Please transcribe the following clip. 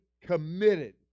committed